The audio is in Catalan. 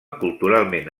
culturalment